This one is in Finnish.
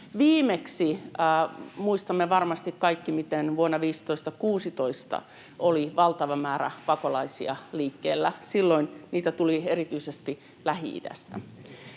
Viimeksi — muistamme varmasti kaikki, miten vuonna 15—16 oli valtava määrä pakolaisia liikkeellä — niitä tuli erityisesti Lähi-idästä.